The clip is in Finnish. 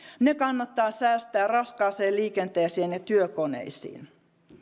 ne kannattaa säästää raskaaseen liikenteeseen ja työkoneisiin